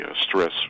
stress